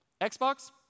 Xbox